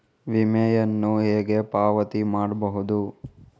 ವಿಮೆಯನ್ನು ಹೇಗೆ ಪಾವತಿ ಮಾಡಬಹುದು?